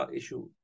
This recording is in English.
issue